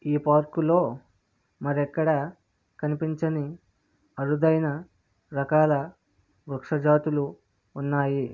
ఈ పార్కు లో మరెక్కడా కనిపించని అరుదైన రకాల వృక్షజాతులు ఉన్నాయి